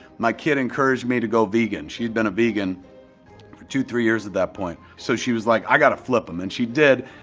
my kid encouraged me to go vegan, she had been a vegan for two, three years at that point. so she was like i gotta flip him, and she did.